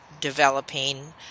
developing